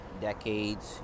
decades